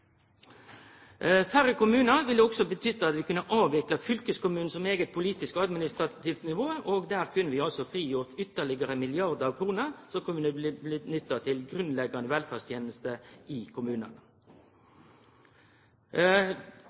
Færre kommunar ville òg betydd at vi kunne ha avvikla fylkeskommunen som eige politisk, administrativt nivå. Der kunne vi frigjort ytterlegare milliardar kroner som kunne bli nytta til grunnleggjande velferdstenester i kommunane.